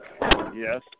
Yes